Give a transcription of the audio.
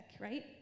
right